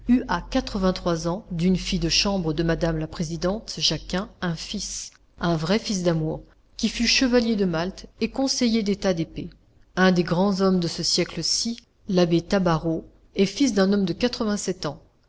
à quatrevingt trois ans d'une fille de chambre de madame la présidente jacquin un fils un vrai fils d'amour qui fut chevalier de malte et conseiller d'état d'épée un des grands hommes de ce siècle ci l'abbé tabaraud est fils d'un homme de quatrevingt sept ans